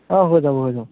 অঁ হৈ যাব হৈ যাব